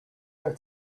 her